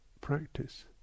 practice